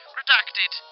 redacted